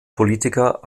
politiker